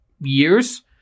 years